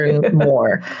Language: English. more